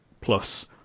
plus